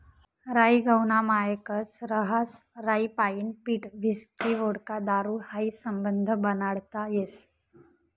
राई गहूना मायेकच रहास राईपाईन पीठ व्हिस्की व्होडका दारू हायी समधं बनाडता येस